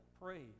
praise